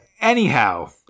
anyhow